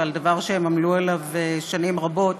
ועל דבר שהם עמלו עליו שנים רבות,